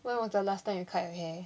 when was the last time you cut your hair